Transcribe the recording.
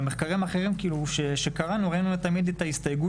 במחקרים אחרים שקראנו ראינו תמיד את ההסתייגות